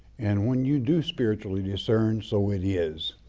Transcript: and when you do spiritually discern, so it is,